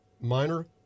minor